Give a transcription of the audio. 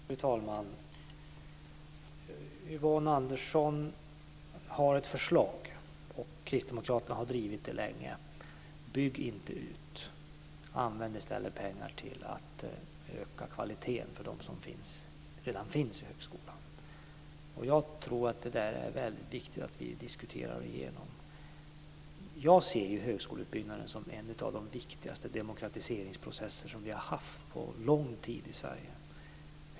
Fru talman! Yvonne Andersson har ett förslag, och kristdemokraterna har drivit det länge: Bygg inte ut. Använd i stället pengar till att öka kvaliteten för dem som redan finns i högskolan. Jag tror att det är väldigt viktigt att vi diskuterar igenom det. Jag ser högskoleutbyggnaden som en av de viktigaste demokratiseringsprocesser som vi har haft på lång tid i Sverige.